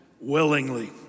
willingly